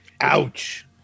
Ouch